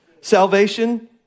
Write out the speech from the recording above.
Salvation